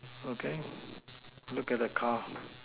okay look at the car